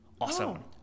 awesome